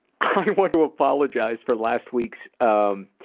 want to apologize for last week's, um.